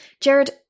Jared